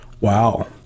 Wow